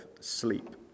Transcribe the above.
sleep